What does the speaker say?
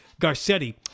Garcetti